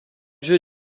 jeu